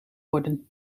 worden